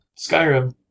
Skyrim